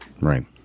Right